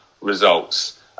results